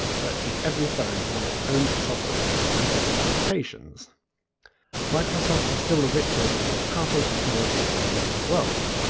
virtually every phone ran its own software and set of applications microsoft was still the richest and most powerful technology company in the world,